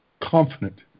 confident